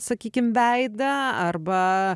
sakykim veidą arba